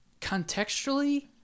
contextually